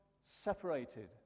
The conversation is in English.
separated